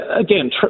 again